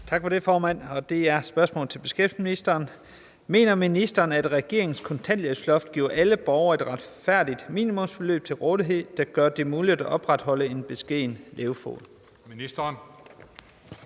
Tak for det, formand. Det er et spørgsmål til beskæftigelsesministeren: Mener ministeren, at regeringens kontanthjælpsloft giver alle borgere et retfærdigt minimumsbeløb til rådighed, der gør det muligt at opretholde en beskeden levefod? Kl.